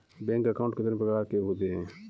Bank account कितने प्रकार के होते हैं?